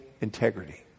Integrity